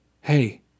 Hey